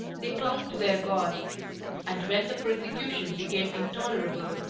they clung to their god and when the persecution became intolerable,